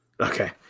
Okay